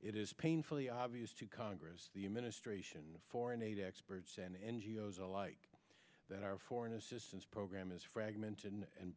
it is painfully obvious to congress the administration foreign aid experts and n g o s alike that our foreign assistance program is fragmented and